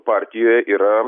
partijoje yra